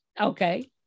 Okay